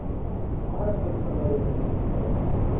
ம் ஃபாரஸ்ட்டில் சுற்றுற மாதிரி ஏதும் இல்லைங்களோ லொக்கேஷனெல்லாம்